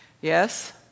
Yes